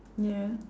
ya